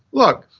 look,